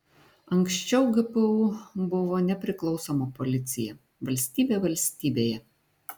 anksčiau gpu buvo nepriklausoma policija valstybė valstybėje